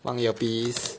放 earpiece